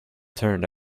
turned